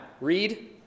Read